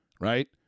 Right